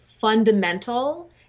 fundamental